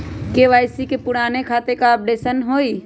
KYC करें से पुराने खाता के अपडेशन होवेई?